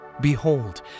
Behold